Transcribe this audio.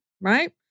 Right